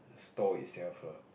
store itself lah